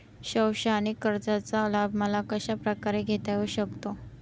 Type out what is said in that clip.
शैक्षणिक कर्जाचा लाभ मला कशाप्रकारे घेता येऊ शकतो?